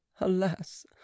Alas